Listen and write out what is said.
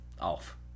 off